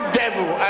devil